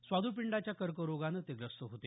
स्वाद्पिंडाच्या कर्करोगानं ते ग्रस्त होते